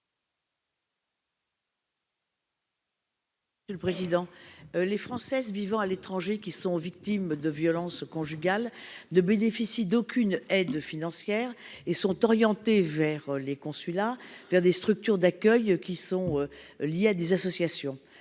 Renaud-Garabedian. Les Françaises vivant à l'étranger qui sont victimes de violences conjugales ne bénéficient d'aucune aide financière et sont orientées par les consulats vers des structures d'accueil, qui sont liées à des associations.